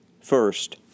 First